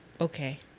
Okay